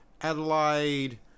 Adelaide